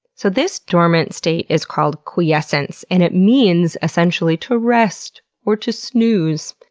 so, this dormant state is called quiescence and it means essentially to rest or to snooze.